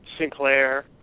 Sinclair